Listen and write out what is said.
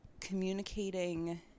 communicating